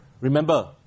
Remember